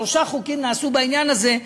שלושה חוקים נעשו בעניין הזה,